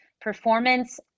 performance